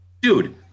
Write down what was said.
Dude